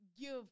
give